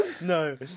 no